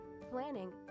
planning